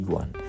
one